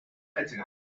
μάτια